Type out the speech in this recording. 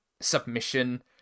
submission